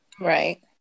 Right